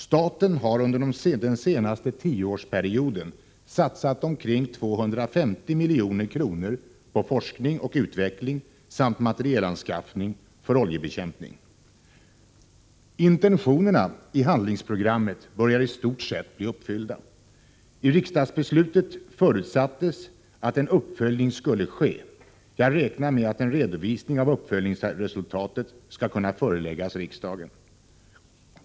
Staten har under den senaste tioårsperioden satsat omkring 250 milj.kr. på forskning och utveckling samt materielanskaffning för oljebekämpning. Intentionerna i handlingsprogrammet börjar i stort sett bli uppfyllda. I riksdagsbeslutet förutsattes att en uppföljning skulle ske. Jag räknar med att en redovisning av uppföljningsresultatet skall kunna föreläggas riksdagen.